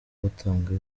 batanga